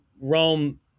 Rome